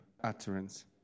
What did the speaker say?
utterance